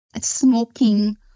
smoking